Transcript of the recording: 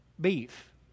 beef